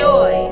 Joy